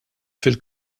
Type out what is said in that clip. fil